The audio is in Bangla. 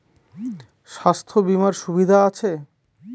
স্বাস্থ্য বিমার সুবিধা আছে?